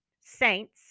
saints